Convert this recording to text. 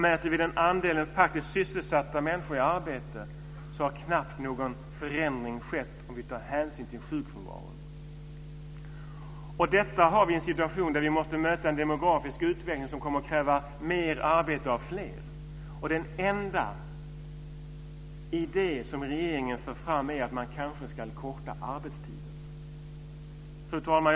Mäter vi andelen faktiskt sysselsatta människor i arbete och tar hänsyn till sjukfrånvaron finner vi att knappt någon förändring har skett. Detta sker i en situation där vi måste möta en demografisk utveckling som kommer att kräva mer arbete av fler. Den enda idé som regeringen för fram är att man kanske ska förkorta arbetstiden. Fru talman!